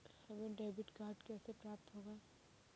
हमें debit card कैसे प्राप्त होगा?